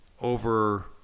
over